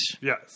Yes